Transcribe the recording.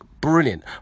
brilliant